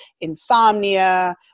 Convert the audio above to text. insomnia